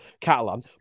Catalan